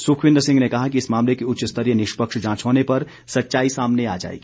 सुखविन्द्र सिंह ने कहा कि इस मामले की उच्च स्तरीय निष्पक्ष जांच होने पर सच्चाई सामने आ जाएगी